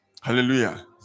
hallelujah